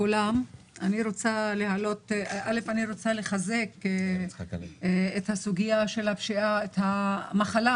אני רוצה לחזק את הסוגיה של הפשיעה את המחלה,